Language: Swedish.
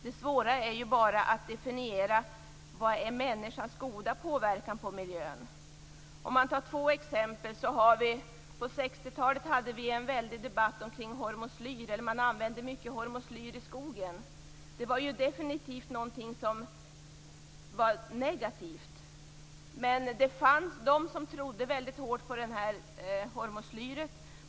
Det svåra är bara att definiera vad som är människans goda påverkan på miljön. Jag skall ta två exempel. På 60-talet använde man mycket hormoslyr i skogen, och det fördes en väldig debatt om det. Det var definitivt någonting som var negativt, men det fanns de som trodde hårt på hormoslyret.